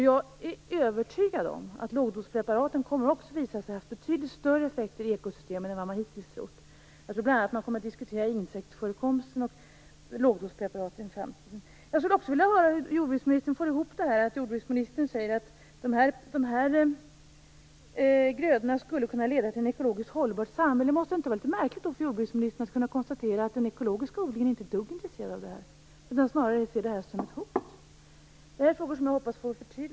Jag är övertygad om att lågdospreparaten kommer att visa sig ha en betydligt större effekt inom ekosystemen än vad man hittills trott. Jag tror bl.a. att man kommer att diskutera insektsförekomsten och lågdospreparaten i framtiden. Jordbruksministern säger också att de här grödorna skulle kunna leda till ett ekologiskt hållbart samhälle. Då måste det vara litet märkligt för jordbruksministern att kunna konstatera att den ekologiska odlingen inte är ett dugg intresserad av det här, att man snarare ser det här som ett hot. Det här är frågor där jag hoppas få ett förtydligande.